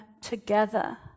together